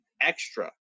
extra